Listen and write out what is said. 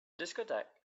discotheque